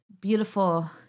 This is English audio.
beautiful